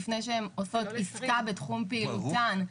לפני שהם עושות עסקה בתחום פעילותן.